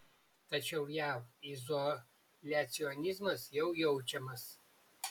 tačiau jav izoliacionizmas jau jaučiamas